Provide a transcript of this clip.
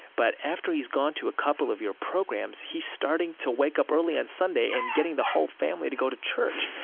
but after he's gone to a couple of your programs, he's starting to wake up early on sunday and getting the whole family to go to church.